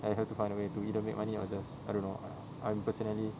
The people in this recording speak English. I have to find a way to either make money or just I don't know I'm personally